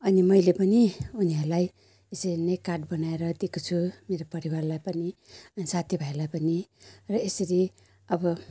अनि मैले पनि उनीहरूलाई यसरी नै कार्ड बनाएर दिएको छु मेरो परिवारलाई पनि अन्त साथी भाइहरूलाई पनि र यसरी अब